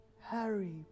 Harry